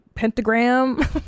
pentagram